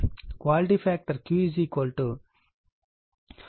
కాబట్టి quality factor Q ω0 L R